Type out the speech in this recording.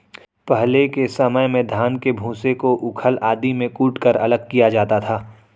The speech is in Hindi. पहले के समय में धान के भूसे को ऊखल आदि में कूटकर अलग किया जाता था